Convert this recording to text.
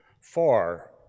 far